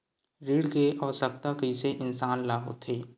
ऋण के आवश्कता कइसे इंसान ला होथे?